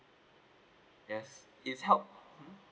yes it's help mmhmm